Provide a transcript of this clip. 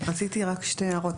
רציתי רק שתי הערות.